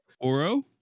Oro